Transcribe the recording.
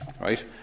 right